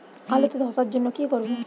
আলুতে ধসার জন্য কি করব?